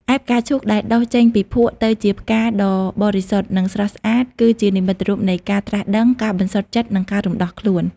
ឯ ផ្កាឈូក ដែលដុះចេញពីភក់ទៅជាផ្កាដ៏បរិសុទ្ធ និងស្រស់ស្អាត គឺជានិមិត្តរូបនៃ ការត្រាស់ដឹង ការបន្សុទ្ធចិត្ត និងការរំដោះខ្លួន។